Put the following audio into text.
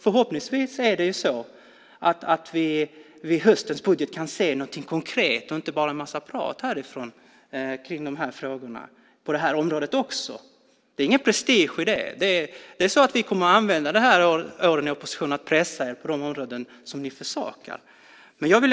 Förhoppningsvis kan vi vid höstens budget se något konkret och inte bara en massa prat om de här frågorna. Det är ingen prestige i det. Vi kommer att använda åren i opposition till att pressa er på de områden som ni försakar.